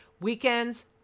Weekends